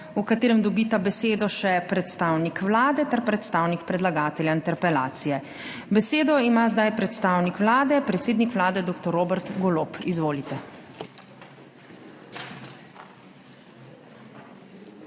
v katerem dobita besedo še predstavnik Vlade ter predstavnik predlagatelja interpelacije. Besedo ima zdaj predstavnik Vlade predsednik Vlade dr. Robert Golob. Izvolite.